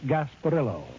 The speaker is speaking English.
Gasparillo